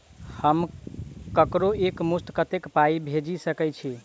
हम ककरो एक मुस्त कत्तेक पाई भेजि सकय छी?